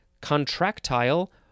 contractile